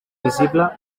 visible